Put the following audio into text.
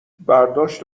برداشت